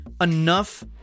enough